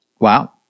Wow